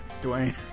Dwayne